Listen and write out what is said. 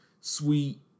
sweet